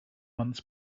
months